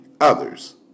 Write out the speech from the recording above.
others